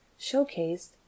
showcased